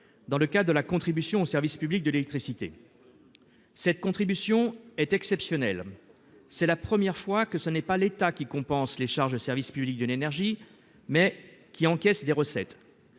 dans le cadre de la contribution au service public de l'électricité (CSPE). Cette contribution est exceptionnelle. C'est la première fois que l'État ne compense pas les charges de service public de l'énergie, mais au contraire, encaisse des recettes,